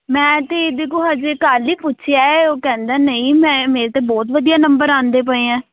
ਮੈਂ ਤਾਂ ਦੇਖੋ ਹਜੇ ਕੱਲ੍ਹ ਹੀ ਪੁੱਛਿਆ ਹੈ ਉਹ ਕਹਿੰਦਾ ਨਹੀਂ ਮੈਂ ਮੇਰੇ ਤਾਂ ਬਹੁਤ ਵਧੀਆ ਨੰਬਰ ਆਉਂਦੇ ਪਏ ਐਂ